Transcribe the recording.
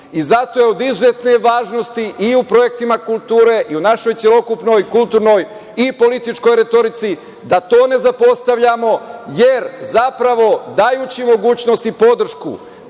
i zato je od izuzetne važnosti i u projektima kulture i u našoj celokupnoj kulturnoj i političkoj retorici da to ne zapostavljamo, jer dajući mogućnost i podršku